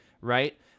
right